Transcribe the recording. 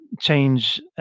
change